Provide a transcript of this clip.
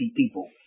people